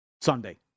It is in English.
Sunday